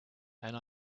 and